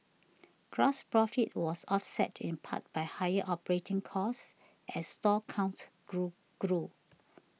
gross profit was offset in part by higher operating costs as store count grew grew